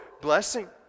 blessing